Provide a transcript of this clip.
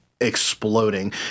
exploding